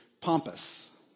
pompous